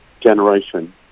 generation